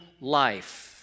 life